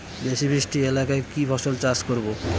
বেশি বৃষ্টি এলাকায় কি ফসল চাষ করব?